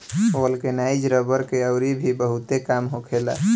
vulcanise रबड़ के अउरी भी बहुते काम होखेला